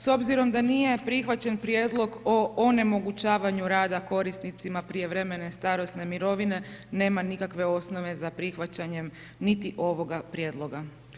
S obzirom da nije prihvaćen prijedlog o onemogućavanju rada korisnicima prijevremene starosne mirovine nema nikakve osnove za prihvaćanjem niti ovoga prijedloga.